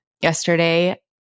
Yesterday